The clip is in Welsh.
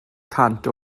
cant